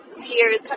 tears